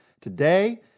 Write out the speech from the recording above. Today